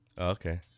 Okay